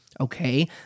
Okay